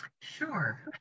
Sure